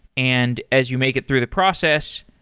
and as you make it through the process,